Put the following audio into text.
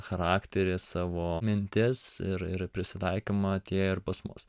charakterį savo mintis ir ir prisitaikymą atėję ir pas mus